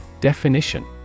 Definition